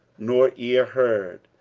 nor ear heard,